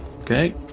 okay